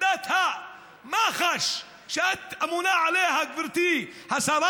עמדת מח"ש, שאת אמונה עליה, גברתי השרה,